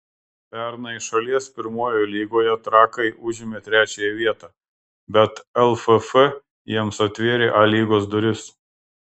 pernai šalies pirmojoje lygoje trakai užėmė trečiąją vietą bet lff jiems atvėrė a lygos duris